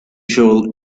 joel